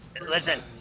Listen